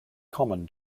common